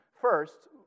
First